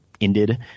ended